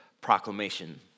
proclamation